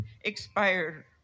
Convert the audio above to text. expired